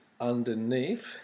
underneath